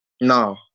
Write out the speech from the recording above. No